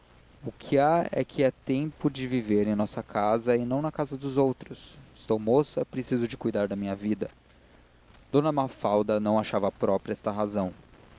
o que há é que é tempo de viver em nossa casa e não na casa dos outros estou moça preciso de cuidar da minha vida d mafalda não achava própria esta razão